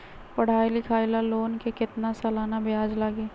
पढाई लिखाई ला लोन के कितना सालाना ब्याज लगी?